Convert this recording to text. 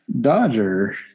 Dodger